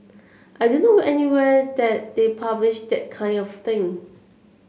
I don't know anywhere that they publish that kind of thing